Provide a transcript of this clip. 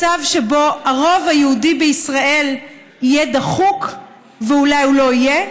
מצב שבו הרוב היהודי בישראל יהיה דחוק ואולי לא יהיה,